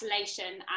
isolation